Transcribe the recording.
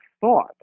thought